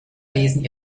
lesen